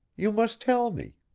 you must tell me.